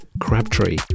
crabtree